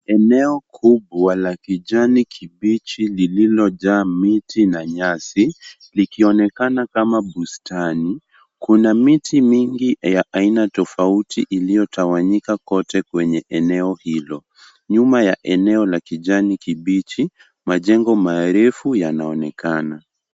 Eneo kubwa la kijani kibichi lililojaa miti na nyasi likionekana kama bustani, kuna miti mingi ya aina tofauti iliyotawanyika kote kwenye eneo hilo. Nyuma ya eneo la kijani kibichi majengo marefu yanaonekana.